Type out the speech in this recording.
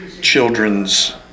children's